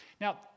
Now